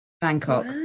Bangkok